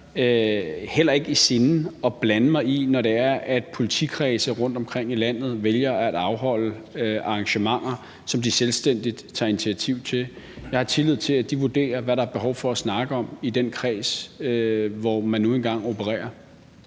heller ikke i sinde at blande mig, når det er, at politikredse rundtomkring i landet vælger at afholde arrangementer, som de selvstændigt tager initiativ til. Jeg har tillid til, at de vurderer, hvad der er behov for at snakke om i den kreds, hvor man nu engang opererer.